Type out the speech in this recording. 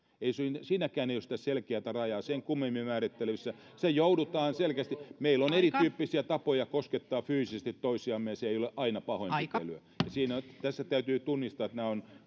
ei siinäkään ole selkeätä rajaa sen kummemmin määrittelyissä se joudutaan selkeästi meillä on erityyppisiä tapoja koskettaa fyysisesti toisiamme eikä se ole aina pahoinpitelyä tässä täytyy tunnistaa että nämä ovat